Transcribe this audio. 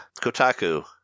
Kotaku